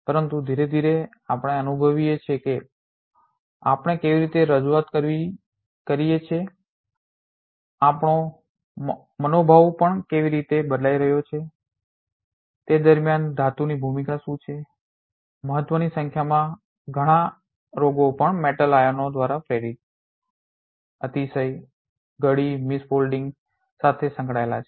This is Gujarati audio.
પરંતુ ધીરે ધીરે આપણે અનુભવીએ છીએ કે આપણે કેવી રજૂઆત કરીએ છીએ આપણો મનોભાવ પણ કેવી રીતે બદલાઇ રહ્યો છે તે દરમિયાન ધાતુની ભૂમિકા શું છે મહત્ત્વની સંખ્યામાં ઘણા રોગો પણ મેટલ આયનો દ્વારા પ્રેરિત અતિશય ગડી મિસ ફોલ્ડિંગ સાથે સંકળાયેલા છે